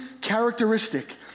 characteristic